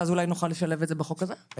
ואז נוכל אולי לשלב את זה בחוק הזה?